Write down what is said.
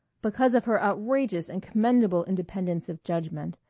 because of her outrageous and commendable independence of judgment,